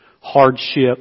hardship